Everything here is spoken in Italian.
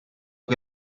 che